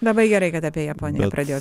labai gerai kad apie japoniją pradėjot